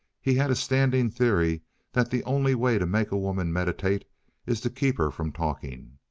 he had a standing theory that the only way to make a woman meditate is to keep her from talking.